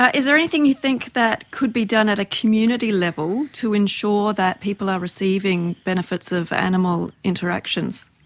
ah is there anything you think that could be done at a community level to ensure that people are receiving benefits of animal interactions?